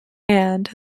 and